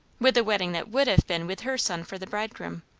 with the wedding that would have been with her son for the bridegroom.